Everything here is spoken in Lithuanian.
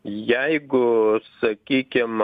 jeigu sakykim